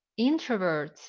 introverts